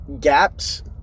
gaps